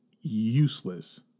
useless